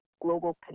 global